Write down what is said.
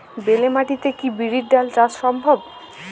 বেলে মাটিতে কি বিরির ডাল চাষ সম্ভব?